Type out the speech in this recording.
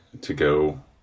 to-go